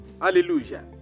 Hallelujah